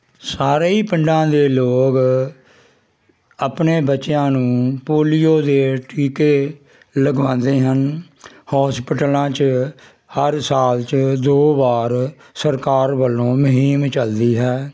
ਸਾਰੇ ਹੀ ਪਿੰਡਾਂ ਦੇ ਲੋਕ ਆਪਣੇ ਬੱਚਿਆਂ ਨੂੰ ਪੋਲੀਓ ਦੇ ਟੀਕੇ ਲਗਵਾਉਂਦੇ ਹਨ ਹੋਸਪਿਟਲਾਂ 'ਚ ਹਰ ਸਾਲ 'ਚ ਦੋ ਵਾਰ ਸਰਕਾਰ ਵੱਲੋਂ ਮੁਹਿੰਮ ਚੱਲਦੀ ਹੈ